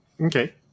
Okay